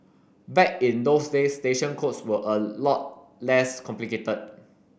back in those days station codes were a lot less complicated